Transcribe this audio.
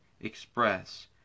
express